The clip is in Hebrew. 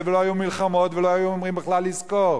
ולא היו מלחמות ולא היו אומרים בכלל "יזכור".